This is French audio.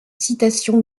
citations